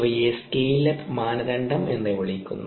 ഇവയെ scale up മാനദണ്ഡം എന്ന് വിളിക്കുന്നു